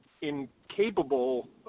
incapable